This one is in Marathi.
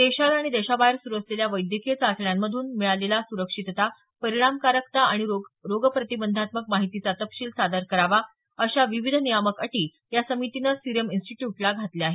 देशात आणि देशाबाहेर सुरू असलेल्या वैद्यकीय चाचण्यांमधून मिळालेला सुरक्षितता परिणामकारकता आणि रोगप्रतिबंधात्मक माहितीचा तपशील सादर करावा अशा विविध नियामक अटी या समितीनं सिरम इन्स्टिट्यूटला घातल्या आहेत